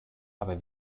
aber